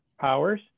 powers